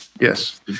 yes